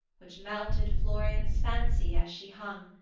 which melted florian's fancy as she hung,